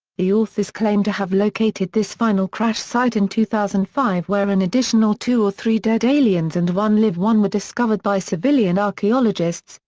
the authors claim to have located this final crash site in two thousand and five where an additional two or three dead aliens and one live one were discovered by civilian archaeologists,